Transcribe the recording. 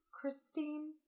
christine